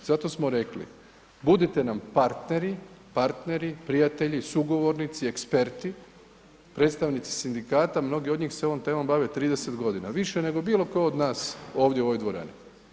I zato smo rekli, budite nam partneri, partneri, prijatelji, sugovornici, eksperti, predstavnici sindikata, mnogi od njih se ovom temom bave 30 godina više nego bilo tko od nas ovdje u ovoj dvorani.